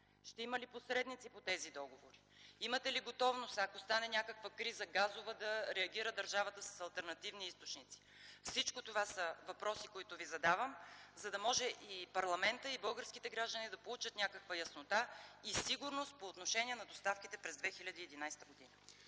Ще има ли посредници по тези договори? Имате ли готовност, ако стане някаква газова криза, да реагира държавата с алтернативни източници? Това са въпроси, които Ви задавам, за да може и парламентът и българските граждани да получат някаква яснота и сигурност по отношение на доставките през 2011 г.